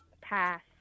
Pass